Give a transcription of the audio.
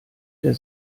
der